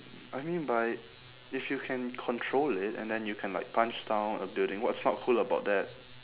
I mean but if you can control it and then you can like punch down a building what's not cool about that